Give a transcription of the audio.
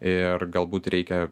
ir galbūt reikia